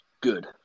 Good